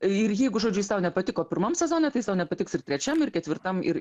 ir jeigu žodžiu jis tau nepatiko pirmam sezone tai jis tau nepatiks ir trečiam ir ketvirtam ir